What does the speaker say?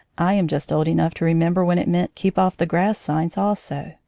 i am just old enough to remember when it meant keep-off the-grass signs also,